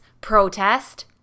protest